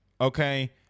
okay